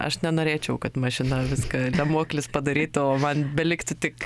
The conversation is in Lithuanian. aš nenorėčiau kad mašina viską lemuoklis padarytų o man beliktų tik